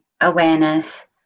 awareness